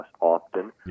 often